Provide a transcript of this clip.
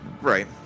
Right